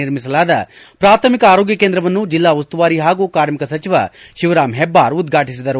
ನಿರ್ಮಿಸಲಾದ ಪ್ರಾಥಮಿಕ ಆರೋಗ್ಯ ಕೇಂದ್ರವನ್ನು ಜಿಲ್ಲಾ ಉಸ್ತುವಾರಿ ಹಾಗೂ ಕಾರ್ಮಿಕ ಸಚಿವ ಶಿವರಾಂ ಹೆಬ್ಲಾರ್ ಉದ್ವಾಟಿಸಿದರು